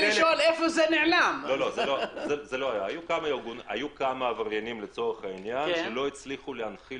היו כמה עבריינים שלא הצליחו להנחיל